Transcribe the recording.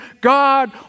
God